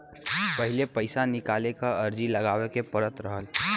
पहिले पइसा निकाले क अर्जी लगावे के पड़त रहल